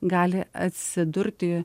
gali atsidurti